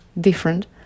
Different